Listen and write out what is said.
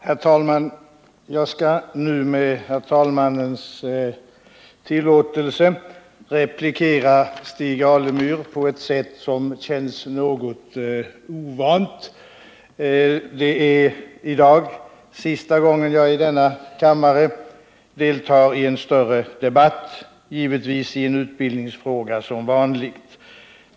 Herr talman! Jag skall nu med herr talmannens tillåtelse replikera Stig Alemyr på ett sätt som känns något ovant. Det är i dag sista gången jag i denna kammare deltar i en större debatt, givetvis i en utbildningsfråga, som vanligt.